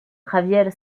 javier